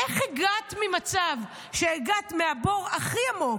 איך הגעת ממצב שהגעת מהבור הכי עמוק,